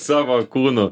savo kūnu